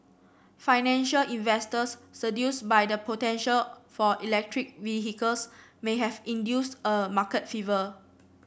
financial investors seduced by the potential for electric vehicles may have induced a market fever